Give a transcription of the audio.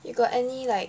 you got any like